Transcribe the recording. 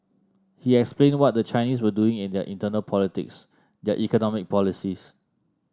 he explained what the Chinese were doing in their internal politics their economic policies